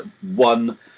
one